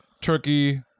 turkey